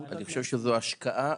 אני חושב שזו ההשקעה